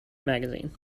magazine